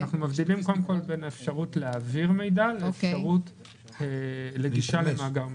אנחנו מבדילים בין האפשרות להעביר מידע לבין האפשרות לגישה למאגר מידע.